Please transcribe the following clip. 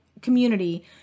community